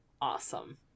awesome